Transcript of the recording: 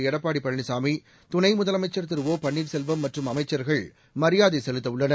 எடப்பாடி பழனிசாமி துணை முதலமைச்சர் திரு ஒ பன்னீர்செல்வம் மற்றும் அமைச்சர்கள் மரியாதை செலுத்தவுள்ளனர்